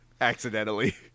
Accidentally